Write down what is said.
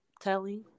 telling